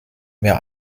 mehr